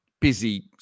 busy